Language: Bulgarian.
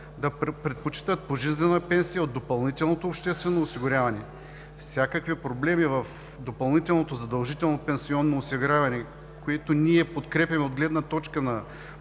да предпочитат пожизнена пенсия от допълнителното обществено осигуряване. Всякакви проблеми в допълнителното задължително пенсионно осигуряване, които ние подкрепяме от гледна точка на